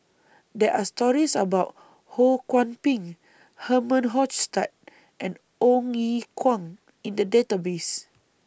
There Are stories about Ho Kwon Ping Herman Hochstadt and Ong Ye Kuang in The Database